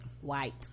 White